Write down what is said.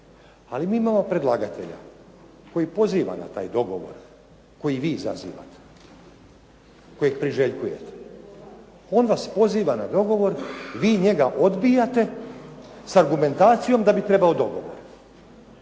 Ali mi imamo predlagatelja koji poziva na taj dogovor koji vi izazivate, kojeg priželjkujete. On vas poziva na dogovor. Vi njega odbijate s argumentaciju da bi …/Govornik